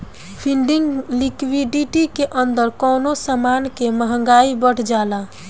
funding liquidity के अंदर कवनो समान के महंगाई बढ़ जाला